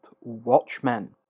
Watchmen